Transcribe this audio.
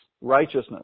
righteousness